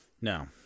No